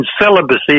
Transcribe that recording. celibacy